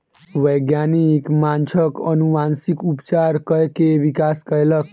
वैज्ञानिक माँछक अनुवांशिक उपचार कय के विकास कयलक